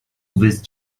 this